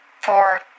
four